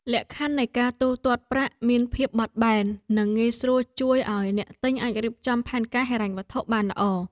លក្ខខណ្ឌនៃការទូទាត់ប្រាក់មានភាពបត់បែននិងងាយស្រួលជួយឱ្យអ្នកទិញអាចរៀបចំផែនការហិរញ្ញវត្ថុបានល្អ។